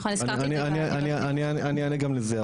אני אענה גם לזה,